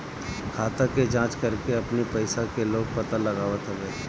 खाता के जाँच करके अपनी पईसा के लोग पता लगावत हवे